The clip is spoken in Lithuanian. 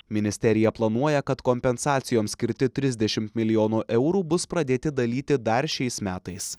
ministerija planuoja kad kompensacijoms skirti trisdešimt milijonų eurų bus pradėti dalyti dar šiais metais